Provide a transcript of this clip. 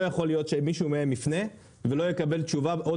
לא יכול להיות שמישהו מהם יפנה ולא יקבל תשובה.